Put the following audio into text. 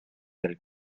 del